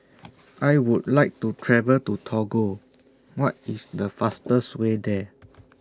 I Would like to travel to Togo What IS The fastest Way There